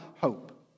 hope